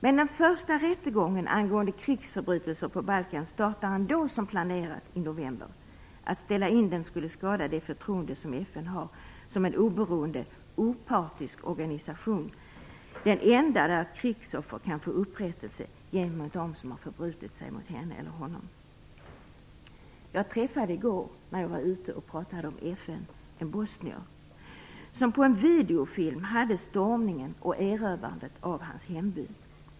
Den första rättegången angående krigsförbrytelser på Balkan startar ändå som planerat i november. Att ställa in den skulle skada det förtroende som FN har som en oberoende och opartisk organisation, den enda där ett krigsoffer kan få upprättelse gentemot dem som har förbrutit sig mot henne eller honom. I går när jag var ute och talade om FN träffade jag en bosnier som på en videofilm hade stormningen och erövrandet av hans hemby.